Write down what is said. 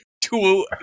two